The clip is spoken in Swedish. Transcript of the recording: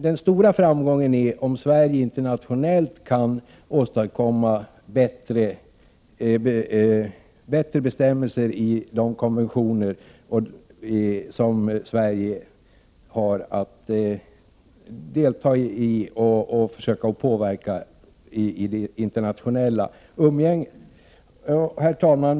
Den stora framgången uppnår vi om Sverige internationellt kan åstadkomma bättre bestämmelser i de konventioner som Sverige har att delta i och kan försöka att påverka i det internationella umgänget. Herr talman!